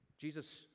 Jesus